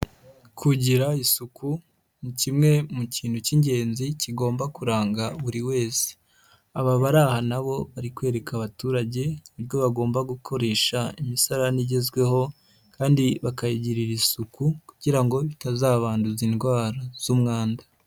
Kugira isuku ni kimwe mu kintu cy'ingenzi kigomba kuranga buri wese. Aba bari aha na bo ari kwereka abaturage, uburyo bagomba gukoresha imisarani igezweho kandi bakayigirira isuku kugira ngo itazabanduza indwara z'umwanda.